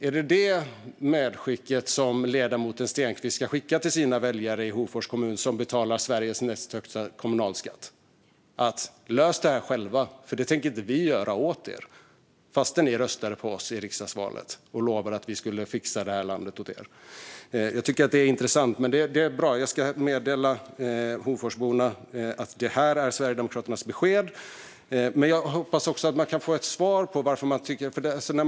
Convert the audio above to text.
Är det detta medskick ledamoten Stenkvist vill göra till sina väljare i Hofors kommun, där man betalar Sveriges näst högsta kommunalskatt? Vill han säga: Lös detta själva, för vi tänker inte göra det år er - trots att ni röstade på oss i riksdagsvalet och trots att vi lovade att fixa det här landet åt er! Jag tycker att det är intressant. Men det är bra; jag ska meddela Hoforsborna att det är Sverigedemokraternas besked. Jag hoppas dock att vi kan få ett svar angående skattesänkningen.